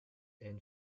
and